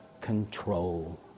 control